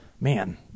man